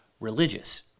religious